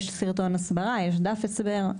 יש סרטון הסברה, יש דף הסבר.